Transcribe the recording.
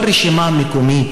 כל רשימה מקומית,